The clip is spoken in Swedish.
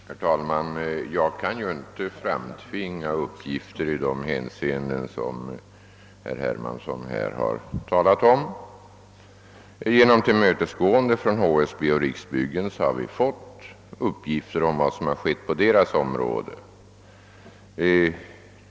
Herr talman! Jag kan självfallet inte tvinga fram de uppgifter som herr Hermansson här talar om. Genom tillmötesgående från HSB och Riksbyggen har vi fått uppgifter om vad som har skett på deras områden.